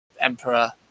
emperor